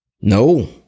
no